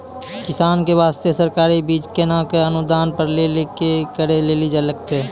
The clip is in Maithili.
किसान के बास्ते सरकारी बीज केना कऽ अनुदान पर लै के लिए की करै लेली लागतै?